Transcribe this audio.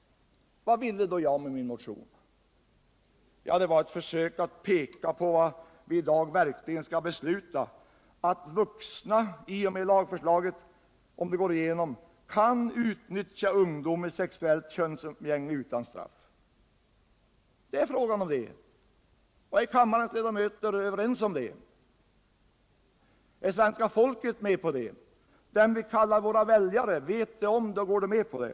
Vad ville då jag med min motion? Ja, den var ett försök att peka på att, om lagförslaget går igenom, riksdagen i dag beslutar att vuxna kan utnyttja ungdomar i homosexuellt könsumgänge utan straff. Det är ju vad det är fråga om. Och är kammarens ledamöter överens om detta? Är svenska folket med på detta? Vet de som vi kallar våra väljare om detta, och går de med på det?